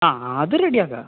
ആ അത് റെഡി ആക്കാം